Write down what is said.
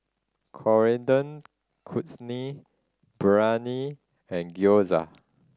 Coriander Chutney Biryani and Gyoza